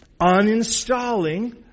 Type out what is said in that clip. Uninstalling